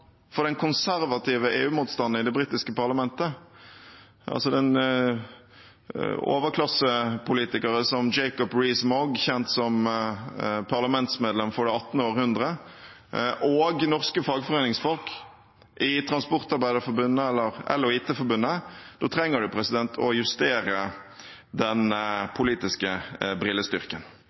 for den konservative EU-motstanden i det britiske parlamentet, altså overklassepolitikere som Jacob Rees-Mogg, kjent som parlamentsmedlem for det 18. århundre, og norske fagforeningsfolk i Norsk Transportarbeiderforbund eller EL og IT Forbundet, trenger man å justere den politiske brillestyrken.